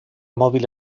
móvil